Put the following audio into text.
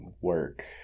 work